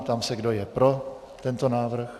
Ptám se, kdo je pro tento návrh.